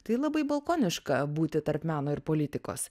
tai labai balkoniška būti tarp meno ir politikos